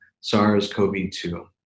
SARS-CoV-2